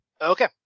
Okay